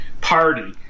Party